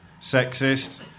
sexist